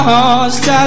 Lost